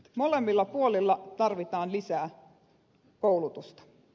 molemmilla puolilla tarvitaan lisää koulutusta